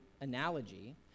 analogy